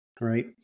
right